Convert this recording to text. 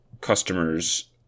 customers